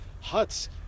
huts